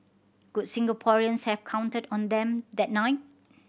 could Singaporeans have counted on them that night